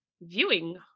viewing